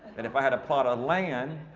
and if i had a plot of land,